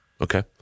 Okay